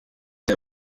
der